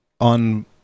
on